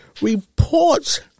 reports